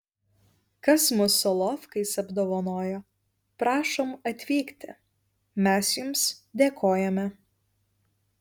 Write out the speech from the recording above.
kas mus solovkais apdovanojo prašom atvykti mes jums dėkojame